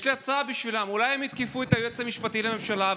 יש לי הצעה בשבילם: אולי הם יתקפו את היועץ המשפטי לממשלה,